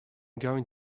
going